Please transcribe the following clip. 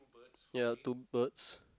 ya two birds